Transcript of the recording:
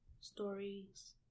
stories